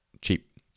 cheap